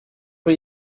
for